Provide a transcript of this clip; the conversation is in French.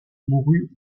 mourut